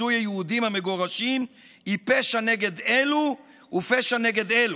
לפיצוי היהודים המגורשים היא פשע נגד אלו ופשע נגד אלו.